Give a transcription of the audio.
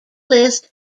list